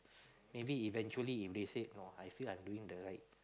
maybe eventually if they said no I feel I'm doing the right